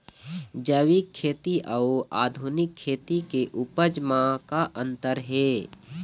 जैविक खेती अउ आधुनिक खेती के उपज म का अंतर हे?